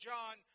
John